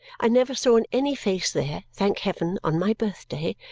i never saw in any face there, thank heaven, on my birthday,